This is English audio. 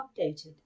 updated